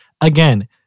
again